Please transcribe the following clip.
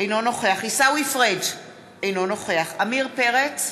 אינו נוכח עיסאווי פריג' אינו נוכח עמיר פרץ,